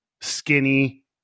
skinny